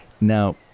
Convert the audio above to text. Now